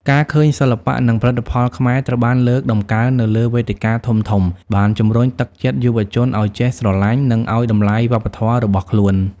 ការឃើញសិល្បៈ និងផលិតផលខ្មែរត្រូវបានលើកតម្កើងនៅលើវេទិកាធំៗបានជំរុញទឹកចិត្តយុវជនឱ្យចេះស្រឡាញ់ និងឱ្យតម្លៃវប្បធម៌របស់ខ្លួន។